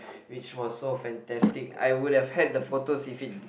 which was so fantastic I would have had the photos if it